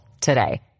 today